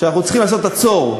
שאנחנו צריכים לשים "עצור";